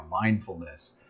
mindfulness